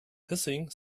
hissing